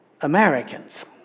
Americans